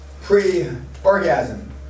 pre-orgasm